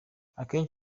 akenshi